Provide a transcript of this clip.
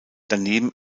daneben